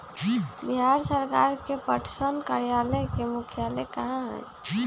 बिहार सरकार के पटसन कार्यालय के मुख्यालय कहाँ हई?